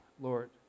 Lord